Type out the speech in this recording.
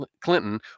Clinton